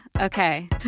okay